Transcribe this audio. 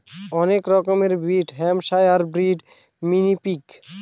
অনেক রকমের breed Hampshire breed, mini pig